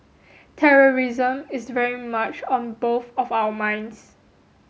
terrorism is very much on both of our minds